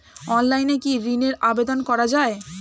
অনলাইনে কি ঋনের আবেদন করা যায়?